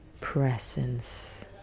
presence